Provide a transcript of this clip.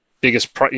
biggest